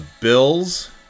Bills